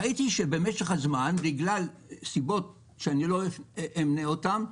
ראיתי שבמשך הזמן, בגלל סיבות שאני לא אמנה אותן,